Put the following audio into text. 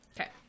okay